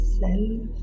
self